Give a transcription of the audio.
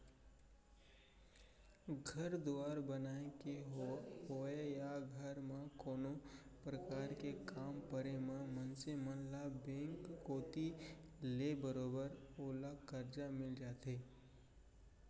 घर दुवार बनाय के होवय या घर म कोनो परकार के काम परे म मनसे मन ल बेंक कोती ले बरोबर ओला करजा मिल जाथे